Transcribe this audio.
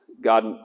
God